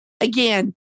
again